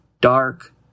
dark